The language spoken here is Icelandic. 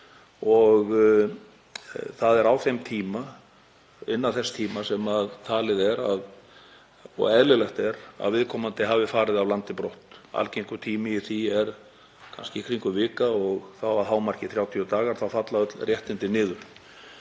og það er innan þess tíma sem talið er, og eðlilegt er, að viðkomandi hafi farið af landi brott. Algengur tími í því er kannski í kringum vika og þá að hámarki 30 dagar og þá falla öll réttindi niður,